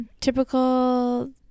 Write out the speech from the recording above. Typical